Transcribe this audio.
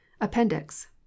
Appendix